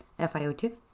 FiO2